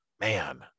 man